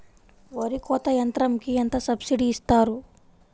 వరి కోత యంత్రంకి ఎంత సబ్సిడీ ఇస్తారు?